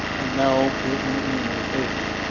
and now we're in the internet age.